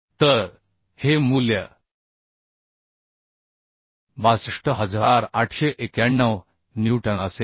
तर हे मूल्य 62891 न्यूटन असेल